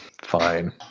Fine